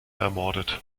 ermordet